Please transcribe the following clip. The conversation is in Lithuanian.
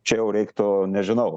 čia jau reiktų nežinau